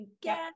again